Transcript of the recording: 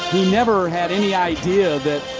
he never had any idea that